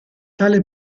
tale